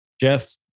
Jeff